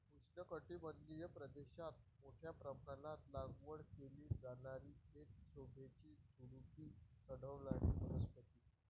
उष्णकटिबंधीय प्रदेशात मोठ्या प्रमाणात लागवड केली जाणारी एक शोभेची झुडुपी चढणारी वनस्पती